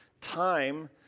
time